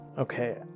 Okay